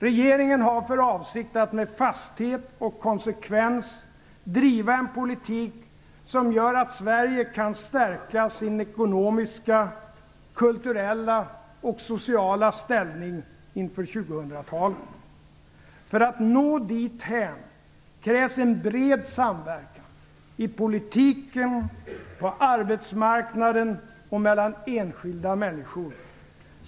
Regeringen har för avsikt att med fasthet och konsekvens driva en politik som gör att Sverige kan stärka sin ekonomiska, kulturella och sociala ställning inför 2000-talet. För att nå dithän krävs en bred samverkan: i politiken, på arbetsmarknaden och mellan enskilda människor.